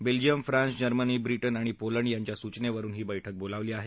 Belgium France Germany Britain आणि Poland यांच्या सूचनेवरुन ही बैठक बोलावली आहे